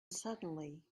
suddenly